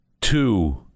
Two